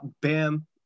bam